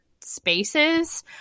spaces